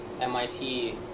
MIT